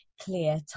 clear